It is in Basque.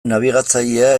nabigatzailea